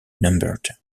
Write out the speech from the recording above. numbered